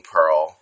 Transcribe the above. Pearl